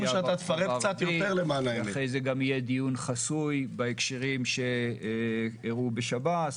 ואחרי זה גם יהיה דיון חסוי בהקשרים שאירעו בשב"ס.